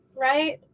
right